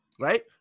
Right